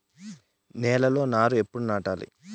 నేలలో నారు ఎప్పుడు నాటాలి?